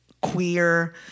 queer